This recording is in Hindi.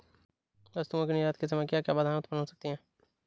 वस्तुओं के निर्यात के समय क्या क्या बाधाएं उत्पन्न हो सकती हैं?